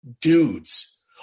dudes